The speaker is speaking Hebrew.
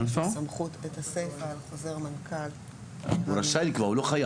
הוא רשאי לקבוע, הוא לא חייב.